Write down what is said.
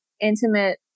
intimate